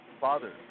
Father